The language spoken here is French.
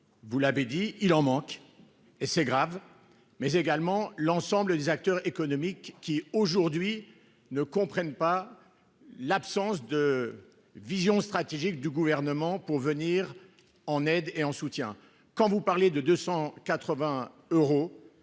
vous l'avez dit, il en manque et c'est grave mais également l'ensemble des acteurs économiques qui aujourd'hui ne comprennent pas l'absence de vision stratégique du gouvernement pour venir en aide et en soutien. Quand vous parlez de 280 euros.